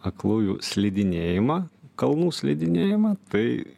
aklųjų slidinėjimą kalnų slidinėjimą tai